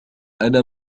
أنا